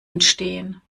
entstehen